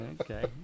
Okay